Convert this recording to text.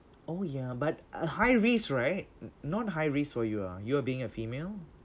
oh yeah but a high risk right not high risk for you ah you're being a female